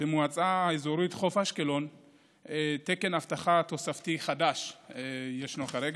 מועצה אזורית חוף אשקלון תקן אבטחה תוספתי חדש ישנו כרגע.